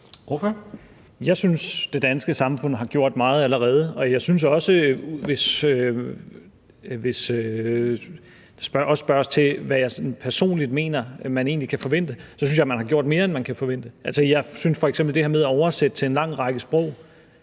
(S): Jeg synes, det danske samfund allerede har gjort meget, og jeg synes også, hvis der spørges til, hvad jeg personligt mener man kan forvente, at der er gjort mere, end man kan forvente. F.eks. er det med at oversætte til en lang række sprog